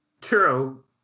True